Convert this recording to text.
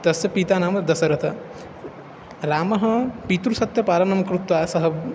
तस्य पीतुः नाम दशरथः रामः पितृसत्यपालनं कृत्वा सः